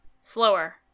Slower